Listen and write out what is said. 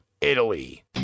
Italy